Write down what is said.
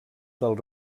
del